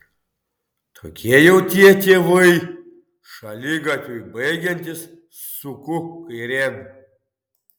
tokie jau tie tėvai šaligatviui baigiantis suku kairėn